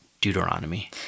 Deuteronomy